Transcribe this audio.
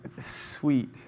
sweet